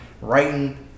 writing